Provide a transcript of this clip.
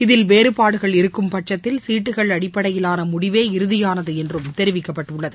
இதில் வேறபாடுகள் இருக்கும் பட்கத்தில் சீட்டுகள் அடிப்படையிலானமுடிவே இறுதியானதுஎன்றும் தெரிவிக்கப்பட்டுள்ளது